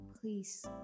please